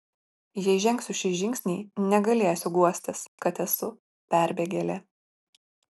jei žengsiu šį žingsnį negalėsiu guostis kad esu perbėgėlė